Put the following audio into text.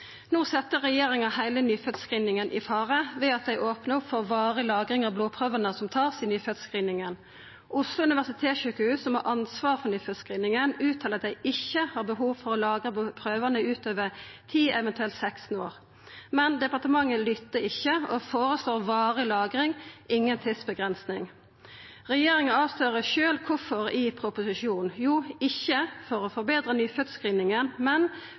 No set regjeringa heile nyføddscreeninga i fare ved at dei opnar opp for varig lagring av blodprøvene som vert tekne i nyføddscreeninga. Oslo universitetssjukehus, som har ansvaret for nyføddscreeninga, uttaler at dei ikkje har behov for å lagra prøvene utover 10, eventuelt 16 år. Men departementet lyttar ikkje og føreslår varig lagring, utan tidsavgrensing. Regjeringa avslører sjølv kvifor i proposisjonen: Det er ikkje for å forbetra nyføddscreeninga, men